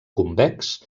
convex